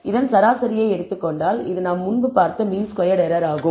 இதன் சராசரியை எடுத்துக் கொண்டால் அது நாம் முன்பு பார்த்த மீன் ஸ்கொயர்ட் எரர் ஆகும்